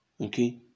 Okay